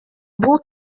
бул